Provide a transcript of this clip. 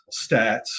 stats